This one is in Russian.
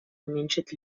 уменьшить